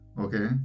Okay